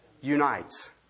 unites